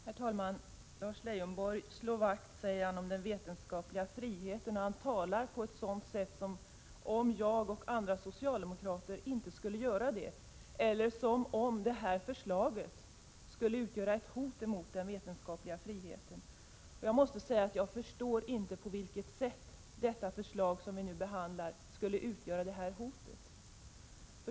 Herr talman! Lars Leijonborg säger att han slår vakt om den vetenskapliga friheten, och han ger ett intryck av att jag och andra socialdemokrater inte skulle göra det eller att detta förslag skulle utgöra ett hot mot den vetenskapliga friheten. Jag förstår inte på vilket sätt det förslag som vi nu behandlar skulle utgöra ett sådant hot.